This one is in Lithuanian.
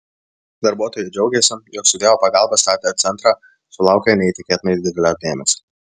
darbuotojai džiaugėsi jog su dievo pagalba statę centrą sulaukia neįtikėtinai didelio dėmesio